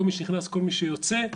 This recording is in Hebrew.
כל מי שנכנס וכלי מי שיוצא,